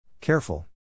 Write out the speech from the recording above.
Careful